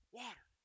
water